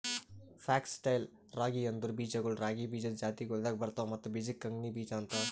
fox tail ರಾಗಿ ಅಂದುರ್ ಬೀಜಗೊಳ್ ರಾಗಿ ಬೀಜದ್ ಜಾತಿಗೊಳ್ದಾಗ್ ಬರ್ತವ್ ಮತ್ತ ಬೀಜಕ್ ಕಂಗ್ನಿ ಬೀಜ ಅಂತಾರ್